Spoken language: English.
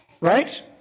Right